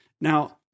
Now